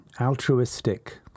altruistic